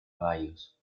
caballos